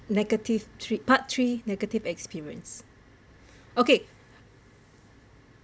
negative three part three negative experience okay